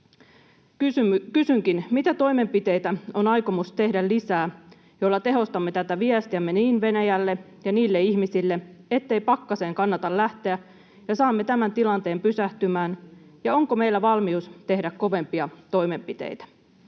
Kysynkin: Mitä toimenpiteitä on aikomus tehdä lisää, joilla toimenpiteillä tehostamme tätä viestiämme Venäjälle ja myös niille ihmisille, ettei pakkaseen kannata lähteä, ja saamme tämän tilanteen pysähtymään? Ja onko meillä valmius tehdä kovempia toimenpiteitä?